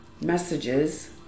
messages